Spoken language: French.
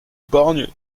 borgne